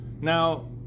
Now